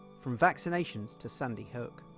from vaccinations to sandy hook.